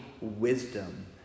wisdom